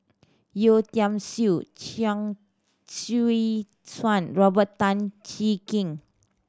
Yeo Tiam Siew Chuang Hui Tsuan Robert Tan Jee Keng